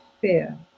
fear